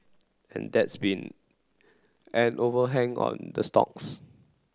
and that's been an overhang on the stocks